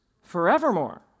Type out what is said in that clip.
forevermore